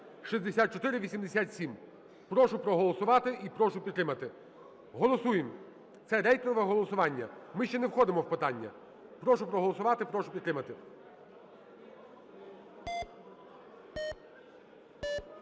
(6487). Прошу проголосувати і прошу підтримати. Голосуємо. Це рейтингове голосування, ми ще не входимо в питання. Прошу проголосувати. Прошу підтримати.